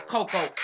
Coco